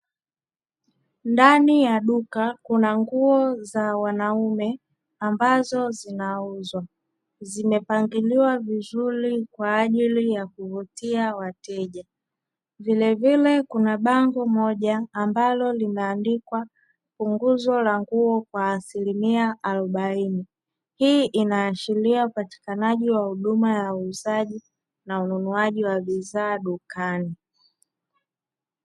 Ndani ya duka kuna nguo za wanaume ambazo zinauzwa, zimepangiliwa vizuri kwaajili ya kuvutia wateja. Vilevile kuna bango moja ambalo limeandikwa punguzo la nguo kwa asilimia arobaini. Hii inaashiria upatikanaji wa huduma ya uuzaji na ununuaji wa bidhaa madukani.